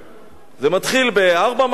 זה מתחיל ב-4 מעלות,